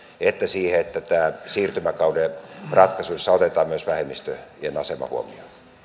että siihen että siirtymäkauden ratkaisuissa otetaan myös vähemmistöjen asema huomioon